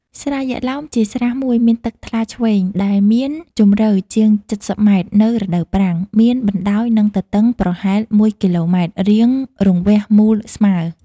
ស្រះយក្ខឡោម ជាស្រះមួយមានទឹកថ្លាឈ្វេង ដែលមានជម្រៅជាង ៧០ ម. នៅរដូវប្រាំង, មានបណ្ដោយ និង ទទឹងប្រហែល ១ គ.ម. រាងរង្វះមូលស្មើ ។